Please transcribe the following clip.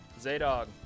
Zaydog